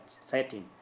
setting